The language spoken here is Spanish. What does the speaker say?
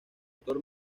doctor